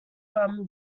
from